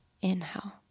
Inhale